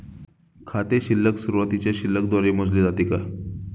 खाते शिल्लक सुरुवातीच्या शिल्लक द्वारे मोजले जाते का?